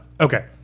Okay